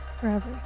forever